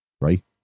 right